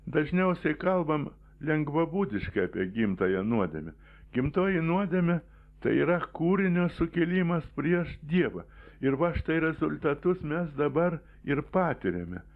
dažniausiai kalbam lengvabūdiškai apie gimtąją nuodėmę gimtoji nuodėmė tai yra kūrinio sukilimas prieš dievą ir va štai rezultatus mes dabar ir patiriame